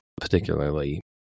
particularly